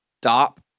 stop